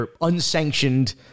unsanctioned